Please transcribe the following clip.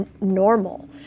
normal